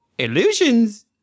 illusions